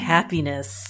Happiness